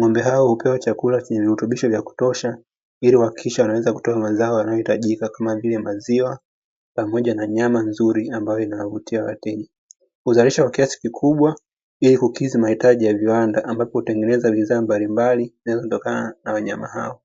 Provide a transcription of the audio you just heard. Ng'ombe hawa hupewa chakula chenye virutubisho vya kutosha, ili wahakikishe wanaweza kutoa mazao yanayohitajika kama vile maziwa pamoja na nyama nzuri, ambayo inawavutia wateja. Huzalishwa kwa kiasi kikubwa, ili kukidhi mahitaji ya viwanda, ambapo hutengeneza bidhaa mbalimbali, zinazotokana na wanyama hao.